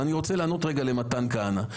אבל אני רוצה לענות למתן כהנא.